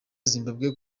zimbabwe